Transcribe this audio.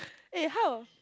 eh how